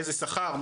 איזה שכר,